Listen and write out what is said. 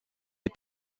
est